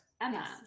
Emma